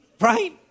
right